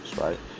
right